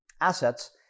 assets